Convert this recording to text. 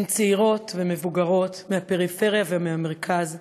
הן צעירות ומבוגרות, מהפריפריה ומהמרכז,